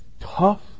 tough